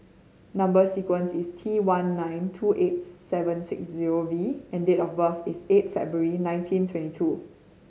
number sequence is T one nine two eight seven six zero V and date of birth is eight February nineteen twenty two